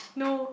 no